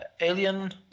alien